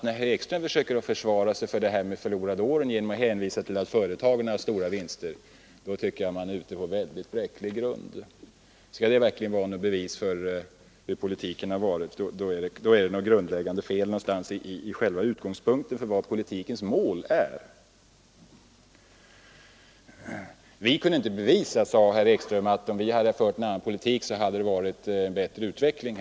När herr Ekström försöker försvara sig för det här med de förlorade åren genom att hänvisa till att företagen har haft stora vinster, då tycker jag att han står på bräcklig grund. Skall detta verkligen vara något bevis för hur politiken har varit, då är det något grundläggande fel i själva målsättningen för politiken. Vi kan inte bevisa, sade herr Ekström, att om det förts en annan politik så hade det blivit en bättre utveckling.